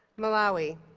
malawi